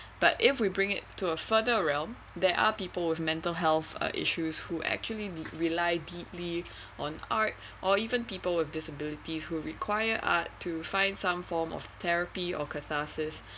but if we bring it to a further realm there are people with mental health issues who actually re~ rely deeply on art or even people with disabilities who require art to find some form of therapy or catharsis